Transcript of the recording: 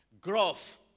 Growth